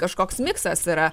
kažkoks miksas yra